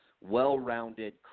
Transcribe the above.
well-rounded